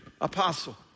Apostle